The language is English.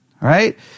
right